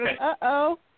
Uh-oh